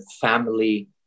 family